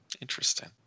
interesting